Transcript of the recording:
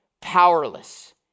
powerless